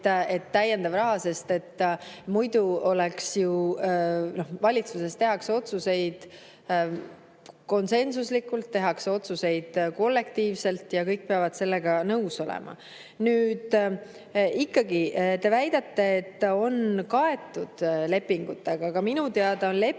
et täiendav raha ... Valitsuses tehakse otsuseid konsensuslikult, tehakse otsuseid kollektiivselt ja kõik peavad sellega nõus olema. Nüüd, ikkagi te väidate, et on kaetud lepingutega, aga minu teada on lepingutega